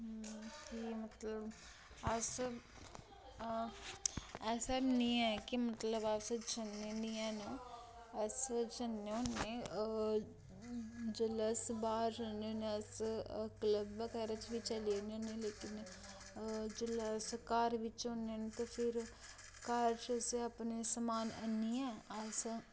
कि मतलब अस ऐसा बी नी ऐ कि मतलब अस जन्नें नी हैन अस जन्नें होन्ने जेल्लै अस बाह्र जन्नें होन्ने अस क्लब बगैरा बिच्च बी चली जन्ने होन्ने लेकिन जोल्लै अस घर बिच्च होन्ने न ते फिर घर च अस अपना समान आह्नियै अस